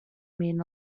mean